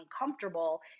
uncomfortable